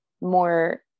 more